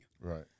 Right